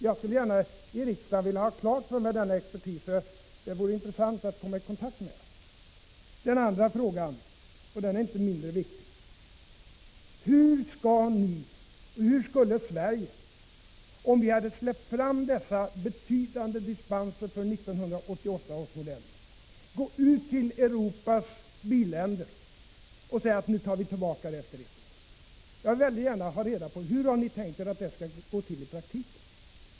Jag skulle gärna i riksdagen vilja ha klart för mig vilken expertis det kan vara, det vore intressant att komma i kontakt med den. Den andra frågan är inte mindre viktig: Hur skulle Sverige, om vi hade släppt fram dessa betydande dispenser för 1988 års modeller, kunna gå ut till Europas billänder efter ett år och säga att nu tar vi tillbaka dem. Jag vill väldigt gärna ha reda på hur ni har tänkt er att det skall gå till i praktiken.